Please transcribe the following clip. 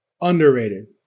underrated